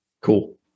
Cool